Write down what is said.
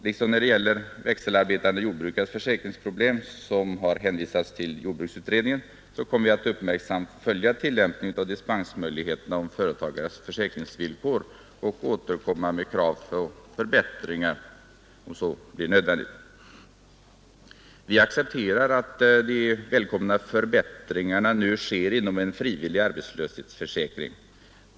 Liksom när det gäller växelarbetande jordbrukares försäkringsproblem, som har hänvisats till jordbruksutredningen, har vi anledning att uppmärksamt följa tillämpningen av dispensmöjligheterna i företagares försäkringsvillkor och återkommer med krav på förbättringar, om så blir nödvändigt. Vi accepterar att de välkomna förbättringarna nu sker inom en frivillig arbetslöshetsförsäkring.